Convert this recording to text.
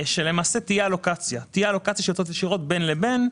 שלמעשה תהיה אלוקציה של הוצאות ישירות בין לבין.